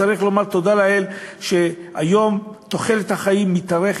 צריך לומר תודה לאל שהיום תוחלת החיים מתארכת,